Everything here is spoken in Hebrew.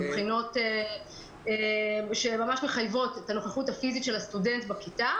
בחינות שממש מחייבות את הנוכחות הפיזית של הסטודנט בכיתה